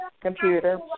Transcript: computer